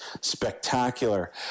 spectacular